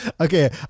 Okay